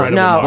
no